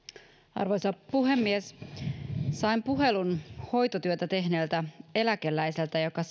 arvoisa puhemies sain puhelun hoitotyötä tehneeltä eläkeläiseltä joka